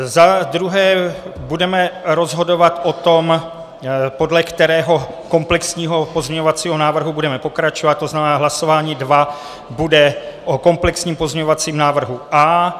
Za druhé budeme rozhodovat o tom, podle kterého komplexního pozměňovacího návrhu budeme pokračovat, to znamená, hlasování druhé bude o komplexním pozměňovacím návrhu A.